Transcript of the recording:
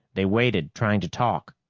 they waited, trying to talk,